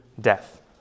death